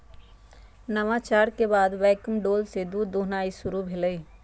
नवाचार के बाद वैक्यूम डोल से दूध दुहनाई शुरु भेलइ